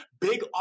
big